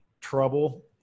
trouble